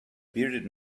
bearded